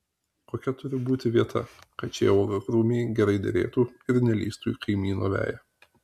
kokia turi būti vieta kad šie uogakrūmiai gerai derėtų ir nelįstų į kaimyno veją